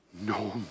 no